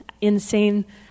insane